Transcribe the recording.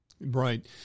right